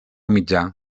mitjà